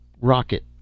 rocket